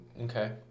okay